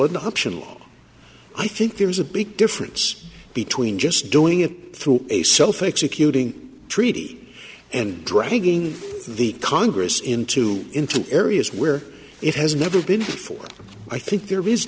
adoption law i think there's a big difference between just doing it through a self executing treaty and dragging the congress into into areas where it has never been before i think there